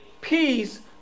peace